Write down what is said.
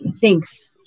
Thanks